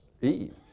Eve